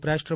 ઉપરાષ્ટ્ર